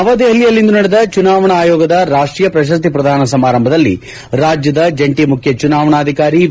ನವದೆಹಲಿಯಲ್ಲಿಂದು ನಡೆದ ಚುನಾವಣಾ ಆಯೋಗದ ರಾಷ್ಟೀಯ ಪ್ರಶಸ್ತಿ ಪ್ರದಾನ ಸಮಾರಂಭದಲ್ಲಿ ರಾಜ್ಲದ ಜಂಟಿ ಮುಖ್ಯ ಚುನಾವಣಾಧಿಕಾರಿ ವಿ